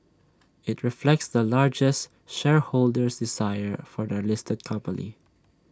IT reflects the largest shareholder's desire for the listed company